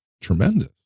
tremendous